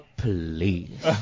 please